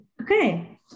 okay